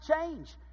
change